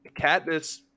Katniss